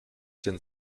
den